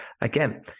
again